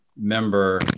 member